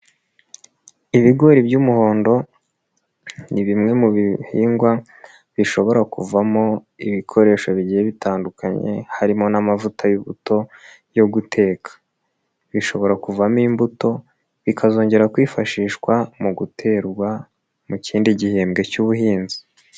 Ibigori by'umuhondo ni bimwe mu bihingwa bishobora kuvamo ibikoresho bigiye bitandukanye harimo n'amavuta y'ubuto yo guteka. Bishobora kuvamo imbuto, bikazongera kwifashishwa mu guterwa mu kindi gihembwe cy'ubuhinzi.